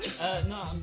No